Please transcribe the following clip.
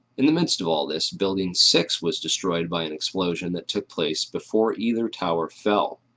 in the midst of all this, building six was destroyed by an explosion that took place before either tower fell.